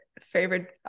favorite